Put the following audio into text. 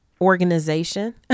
organization